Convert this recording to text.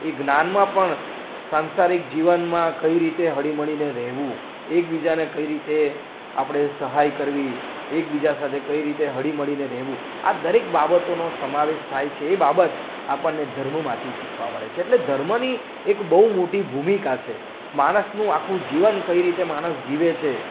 એ જ્ઞાનમાં પણ સાંસારિક જીવનમાં કઈ રીતે હળી મળીને રહેવું એક બીજાને કઈ રીતે આપણે સહાય કરવી એક બીજા સાથે કઈ રીતે હળી મળીને રહેવું આ દરેક બાબતોનો સમાવેશ થાય છે એ બાબત આપણને ધર્મમાંથી શીખવા મળે છે એટલે ધર્મની એક બહુ મોટી ભૂમિકા છે માણસનું આખું જીવન કઈ રીતે માણસ જીવે છે